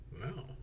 no